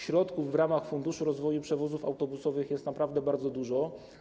Środków w ramach Funduszu Rozwoju Przewozów Autobusowych jest naprawdę bardzo dużo.